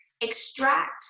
extract